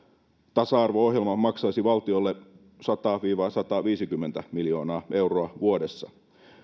tasa arvo ohjelma maksaisi valtiolle sata viiva sataviisikymmentä miljoonaa euroa vuodessa